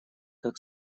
как